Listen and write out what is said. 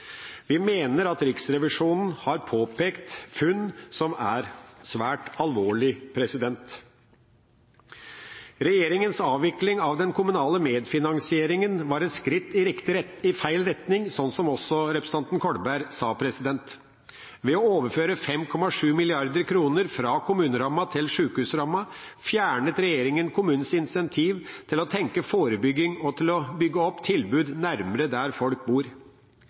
Vi mener at Riksrevisjonen har påpekt funn som er svært alvorlige. Regjeringas avvikling av den kommunale medfinansieringen var et skritt i feil retning, som også representanten Kolberg sa. Ved å overføre 5,7 mrd. kr fra kommunerammen til sjukehusrammen fjernet regjeringa kommunens incentiv til å tenke forebygging og til å bygge opp tilbud nærmere der folk bor.